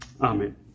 Amen